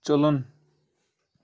چلُن